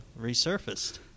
resurfaced